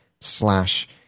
slash